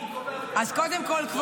הכוח